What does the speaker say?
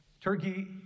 Turkey